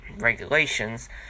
regulations